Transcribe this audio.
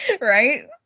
Right